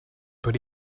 but